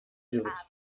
dieses